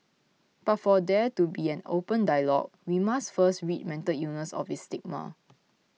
but for there to be an open dialogue we must first rid mental illness of its stigma